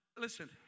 listen